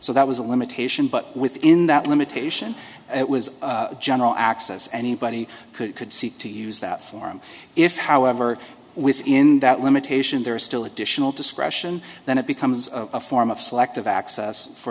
so that was a limitation but within that limitation it was general access anybody could seek to use that form if however within that limitation there is still additional discretion then it becomes a form of selective access for